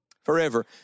Forever